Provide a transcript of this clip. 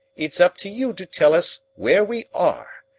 it's up to you to tell us where we are.